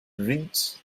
read